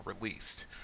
released